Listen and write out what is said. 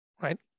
right